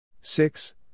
Six